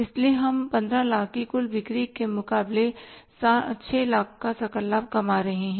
इसलिए हम 1500000 की कुल बिक्री के मुकाबले 600000 का सकल लाभ कमा रहे हैं